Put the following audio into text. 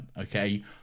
Okay